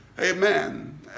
Amen